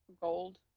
gold